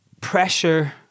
pressure